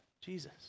Jesus